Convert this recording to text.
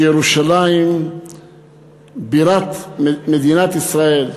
שירושלים בירת מדינת ישראל,